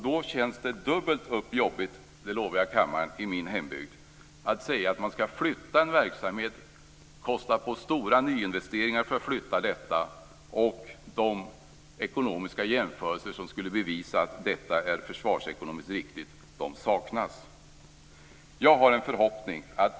Då känns det jobbigt dubbelt upp i min hembygd, det lovar jag kammaren, när man flyttar en verksamhet och kostar på sig stora nyinvesteringar för att klara detta, samtidigt som de ekonomiska jämförelser som skulle bevisa att detta är försvarsekonomiskt riktigt saknas. Jag har en förhoppning.